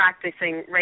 practicing